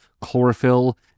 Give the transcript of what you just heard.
chlorophyll